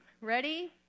ready